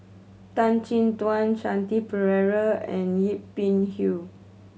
Tan Chin Tuan Shanti Pereira and Yip Pin Hiu